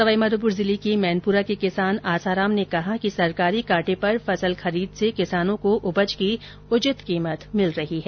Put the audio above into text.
सवाईमाधोपुर जिले के मैनपुरा के किसान आसाराम ने कहा कि सरकारी कांटे पर फसल खरीद से किसानों को उपज की उचित कीमत मिल रही है